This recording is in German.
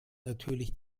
natürlich